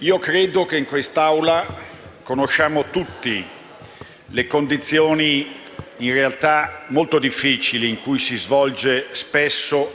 Io credo che in quest'Aula conosciamo tutti le condizioni davvero molto difficili in cui spesso si svolge